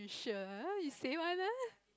sure you say one ah